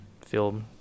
feel